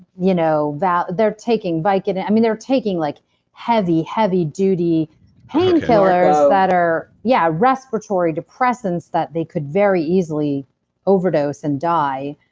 you know they're taking vicodin, i mean they're taking like heavy, heavy duty painkillers that are, yeah, respiratory depressants that they could very easily overdose and die.